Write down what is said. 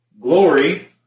glory